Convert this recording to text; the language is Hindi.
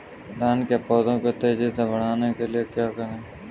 धान के पौधे को तेजी से बढ़ाने के लिए क्या करें?